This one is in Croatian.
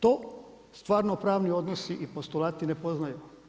To stvarno-pravni odnosi i postulati ne poznaju.